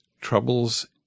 troubles